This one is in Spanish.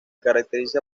caracteriza